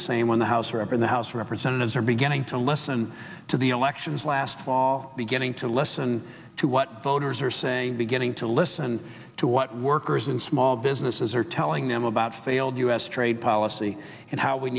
the same when the house were up in the house of representatives are beginning to listen to the elections last fall beginning to listen to what voters are saying beginning to listen to what workers and small businesses are telling them about failed us trade policy and how we